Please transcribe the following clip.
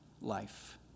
life